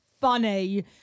funny